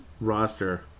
roster